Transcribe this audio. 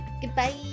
goodbye